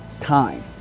Time